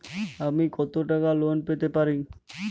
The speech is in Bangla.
আমি কত টাকা লোন পেতে পারি?